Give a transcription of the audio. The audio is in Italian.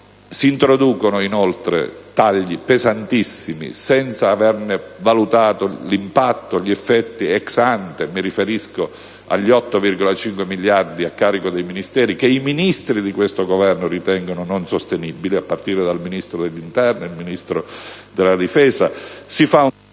Si introducono - inoltre - tagli pesantissimi senza averne valutato l'impatto e gli effetti *ex ante*: mi riferisco al taglio di 8,5 miliardi a carico dei Ministeri, che i Ministri di questo Governo ritengono non sostenibile, a partire dal Ministro dell'interno e dal Ministro della difesa.